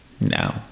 No